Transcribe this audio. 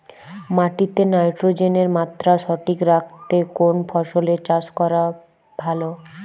মাটিতে নাইট্রোজেনের মাত্রা সঠিক রাখতে কোন ফসলের চাষ করা ভালো?